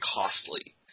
costly